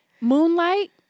Moonlight